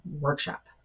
workshop